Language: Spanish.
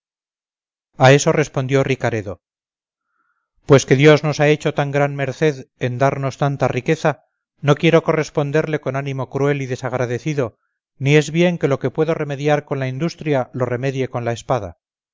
a eso respondió ricaredo pues que dios nos ha hecho tan gran merced en darnos tanta riqueza no quiero corresponderle con ánimo cruel y desagradecido ni es bien que lo que puedo remediar con la industria lo remedie con la espada